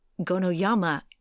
gonoyama